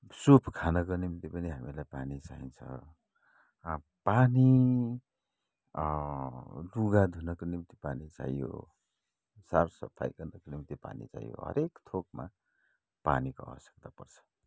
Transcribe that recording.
soup खानको निम्ति पनि हामीलाई पानी चाहिन्छ पानी लुगा धुनको निम्ति पानी चाहियो साफसफाइ गर्नको निम्ति पानी चाहियो हरेक थोकमा पानीको आवश्यकता पर्छ